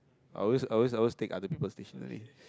I always I always I always take other peoples stationary